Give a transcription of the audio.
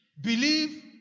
believe